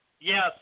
Yes